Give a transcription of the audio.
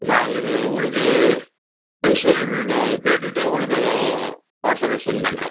நான் இது உங்களுக்கு பிரின்சிபல்கிட்ட கேட்டுவிட்டு உங்களுக்கு அதை வாட்ஸப்பில் செண்ட் பண்ணுறேன்